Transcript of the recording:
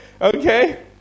Okay